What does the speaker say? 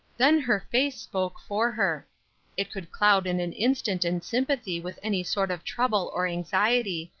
then her face spoke for her it could cloud in an instant in sympathy with any sort of trouble or anxiety,